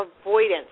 avoidance